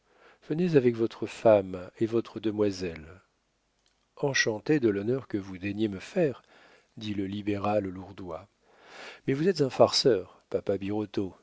venez avec votre femme et votre demoiselle enchanté de l'honneur que vous daignez me faire dit le libéral lourdois mais vous êtes un farceur